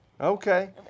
Okay